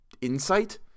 insight